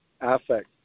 affect